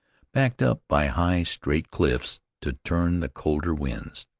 backed up by high, straight cliffs to turn the colder winds.